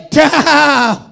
down